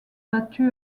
battue